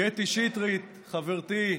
קטי שטרית, חברתי,